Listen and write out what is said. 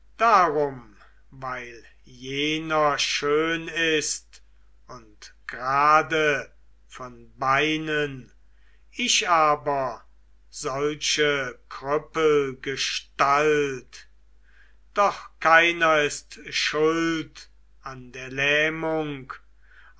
darum weil jener schön ist und grade von beinen ich aber solche krüppelgestalt doch keiner ist schuld an der lähmung